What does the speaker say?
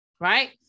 right